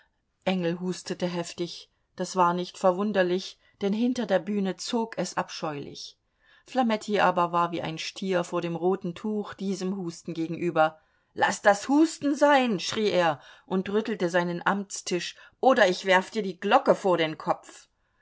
engel hustete heftig das war nicht verwunderlich denn hinter der bühne zog es abscheulich flametti aber war wie ein stier vor dem roten tuch diesem husten gegenüber laß das husten sein schrie er und rüttelte seinen amtstisch oder ich werf dir die glocke vor den kopf